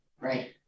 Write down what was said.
Right